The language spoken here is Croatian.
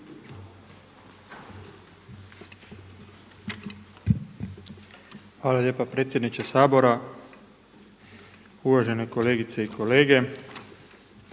gospodine predsjedniče Sabora. Uvažene kolegice i kolege.